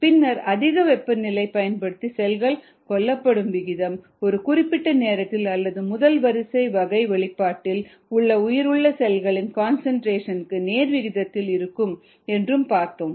பின்னர் அதிக வெப்ப நிலையை பயன்படுத்தி செல்கள் கொல்லப்படும் விகிதம் ஒரு குறிப்பிட்ட நேரத்தில் அல்லது முதல் வரிசை வகை வெளிப்பாட்டில் உள்ள உயிருள்ள செல்களின் கன்சன்ட்ரேஷன்க்கு நேர்விகிதத்தில் இருக்கும் என்றும் பார்த்தோம்